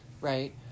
Right